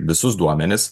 visus duomenis